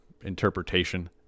interpretation